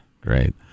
Great